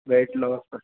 weight loss कर